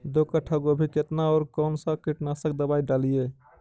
दो कट्ठा गोभी केतना और कौन सा कीटनाशक दवाई डालिए?